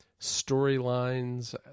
storylines